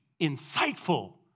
insightful